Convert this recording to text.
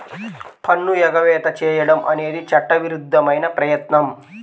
పన్ను ఎగవేత చేయడం అనేది చట్టవిరుద్ధమైన ప్రయత్నం